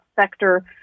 sector